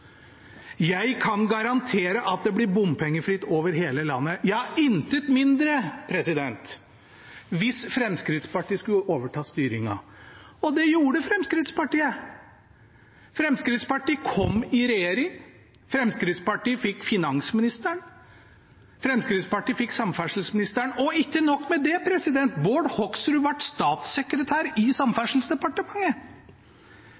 jeg må nok en gang minne om hva Bård Hoksrud uttalte til Nettavisen 4. juni 2013, under stor overskrift: «Jeg kan garantere at det blir bompengefritt over hele landet.» Ja, intet mindre hvis Fremskrittspartiet skulle overta styringen. Det gjorde Fremskrittspartiet. Fremskrittspartiet kom i regjering. Fremskrittspartiet fikk finansministeren. Fremskrittspartiet fikk samferdselsministeren. Og ikke nok med det: